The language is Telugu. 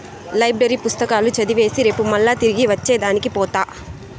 లైబ్రరీ పుస్తకాలు చదివేసి రేపు మల్లా తిరిగి ఇచ్చే దానికి పోత